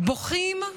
בוכים,